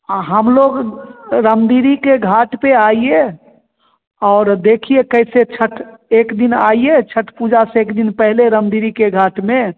आ हम लोग रामदीरी के घाट पर आइए और देखिए कैसे छठ एक दिन आइए छठ पूजा से एक दिन पहले रामदीरी के घाट में